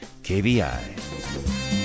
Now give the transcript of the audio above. KBI